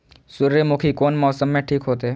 सूर्यमुखी कोन मौसम में ठीक होते?